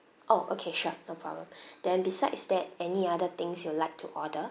oh okay sure no problem then besides that any other things you'd like to order